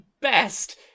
best